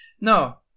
No